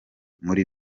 muri